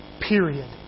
Period